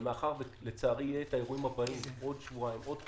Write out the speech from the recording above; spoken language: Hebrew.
מאחר ולצערי יהיו את האירועים הבאים בעוד שבועיים או בעוד חודשיים,